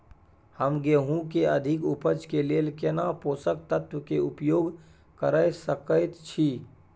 हम गेहूं के अधिक उपज के लेल केना पोषक तत्व के उपयोग करय सकेत छी?